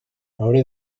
hauré